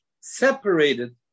separated